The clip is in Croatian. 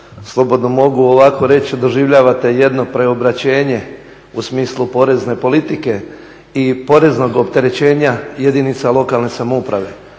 slobodno mogu ovako reći doživljavate jedno preobraćenje u smislu porezne politike i poreznog opterećenja jedinica lokalne samouprave.